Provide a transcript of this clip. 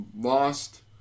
lost